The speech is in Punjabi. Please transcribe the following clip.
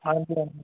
ਹਾਂਜੀ ਹਾਂਜੀ